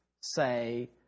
say